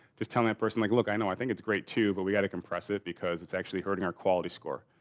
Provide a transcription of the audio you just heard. just telling that person like look, i know, i think it's great, too, but we got to compress it because it's actually hurting our quality score.